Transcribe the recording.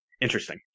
Interesting